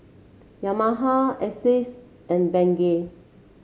Yamaha Asus and Bengay